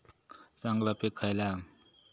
चांगली पीक खयला हा?